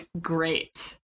great